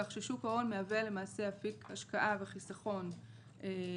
כך ששוק ההון מהווה למעשה אפיק השקעה וחיסכון לציבור.